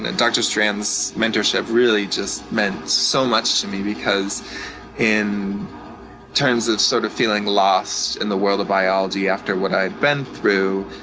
and dr. strand's mentorship really just meant so much to me because in terms of sort of feeling lost in the world of biology after what i had been through,